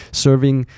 ，serving